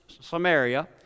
Samaria